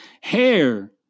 hair